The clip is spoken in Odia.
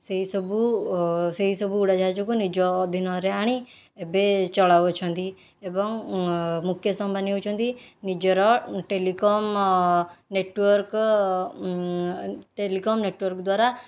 ସେହି ସବୁ ସେହିସବୁ ଉଡ଼ାଜାହାଜକୁ ନିଜ ଅଧୀନରେ ଆଣି ଏବେ ଚଳାଉ ଅଛନ୍ତି ଏବଂ ମୁକେଶ ଅମ୍ବାନୀ ହେଉଛନ୍ତି ନିଜର ଟେଲିକମ୍ ନେଟୱାର୍କ ଟେଲିକମ୍ ନେଟୱାର୍କ ଦ୍ୱାରା